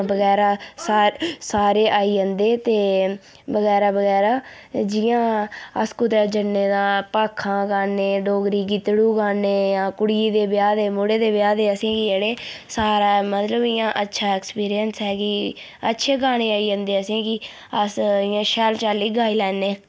बगैरा सारे सारे आई जन्दे ते बगैरा बगैरा जियां अस कुदै जन्ने तां भाखां गाने डोगरी गीतड़ू गान्ने आं कुड़ी दे ब्याह् दे मुड़े दे ब्याह् दे असेंगी जेह्ड़े सारा मतलब इ'यां अच्छा ऐक्सपीरियंस ऐ कि अच्छे गाने आई जन्दे असेंगी अस इ'यां शैल चाल्ली गाई लैन्ने